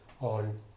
on